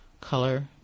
color